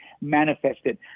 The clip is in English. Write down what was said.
manifested